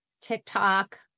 TikTok